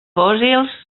fòssils